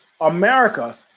America